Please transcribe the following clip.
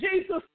Jesus